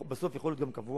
ובסוף זה יכול להיות גם קבוע.